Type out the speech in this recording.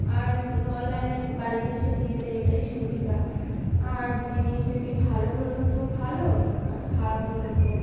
আর অনলাইনে বাড়িতে এসে দিয়ে যায় এটাই সুবিধা আর জিনিস যদি ভালো হলো তো ভালো আর খারাপ হলো তো